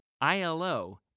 ILO